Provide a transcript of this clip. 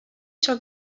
sur